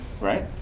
right